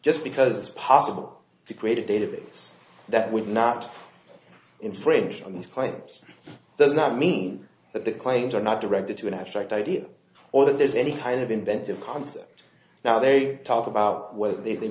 just because it's possible to create a database that would not infringe on these claims does not mean that the claims are not directed to an abstract idea or that there's any kind of inventive concept now they talk about whether they